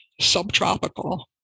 subtropical